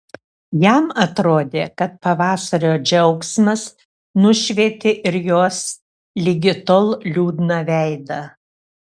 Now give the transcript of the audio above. jam atrodė kad pavasario džiaugsmas nušvietė ir jos ligi tol liūdną veidą